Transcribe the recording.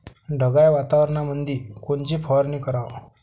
ढगाळ वातावरणामंदी कोनची फवारनी कराव?